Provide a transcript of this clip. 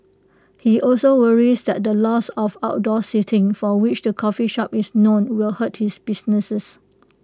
he also worries that the loss of outdoor seating for which the coffee shop is known will hurt his businesses